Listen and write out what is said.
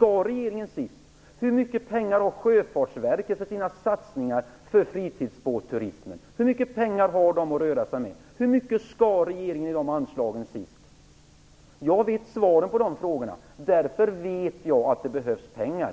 regeringen ner här sist? Hur mycket pengar har Sjöfartsverket för sina satsningar för fritidsbåtsturismen? Hur mycket pengar har de att röra sig med? Hur mycket skar regeringen i de anslagen sist? Jag vet svaren på dessa frågor. Därför vet jag att det behövs pengar.